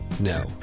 no